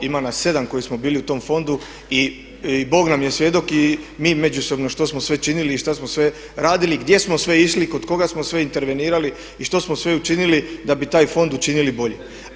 Ima nas sedam koji smo bili u tom fondu i Bog nam je svjedok i mi međusobno što smo sve čili i šta smo sve radili, gdje smo sve išli, i kod koga smo sve intervenirali i što smo sve učinili da bi taj fond učinili boljim.